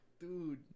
Dude